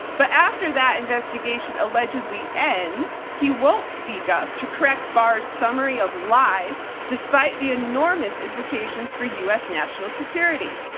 but after that investigation allegedly ends, he won't speak up to correct barr's summary of lies despite the enormous implications for us national security,